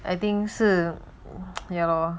I think 是 ya lor